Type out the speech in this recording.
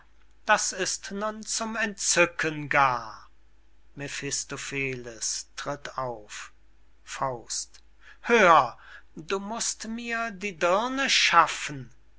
das ist nun zum entzücken gar mephistopheles tritt auf hör du mußt mir die dirne schaffen